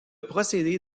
procédé